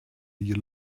you